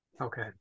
okay